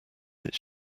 its